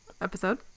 episode